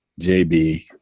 jb